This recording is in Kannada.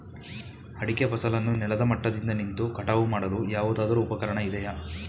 ಅಡಿಕೆ ಫಸಲನ್ನು ನೆಲದ ಮಟ್ಟದಿಂದ ನಿಂತು ಕಟಾವು ಮಾಡಲು ಯಾವುದಾದರು ಉಪಕರಣ ಇದೆಯಾ?